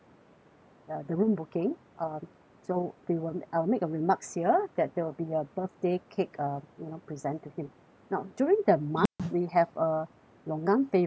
uh the room booking um so we will I'll make a remarks here that there will be a birthday cake uh you know present to him now during that month we have a longan flavour